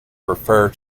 refer